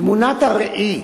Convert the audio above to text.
חבר הכנסת מיכאל בן-ארי,